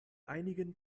einigen